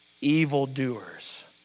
evildoers